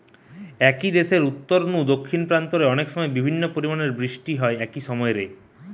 একই দেশের উত্তর নু দক্ষিণ প্রান্ত রে অনেকসময় বিভিন্ন পরিমাণের বৃষ্টি হয় একই সময় রে